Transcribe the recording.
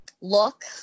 look